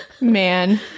Man